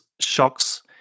shocks